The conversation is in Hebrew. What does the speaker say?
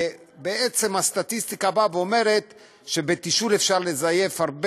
ובעצם הסטטיסטיקה אומרת שבתשאול אפשר לזייף הרבה